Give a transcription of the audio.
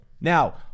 now